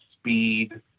speed